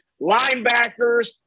linebackers